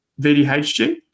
VDHG